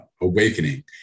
awakening